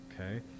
okay